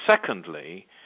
secondly